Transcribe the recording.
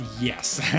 Yes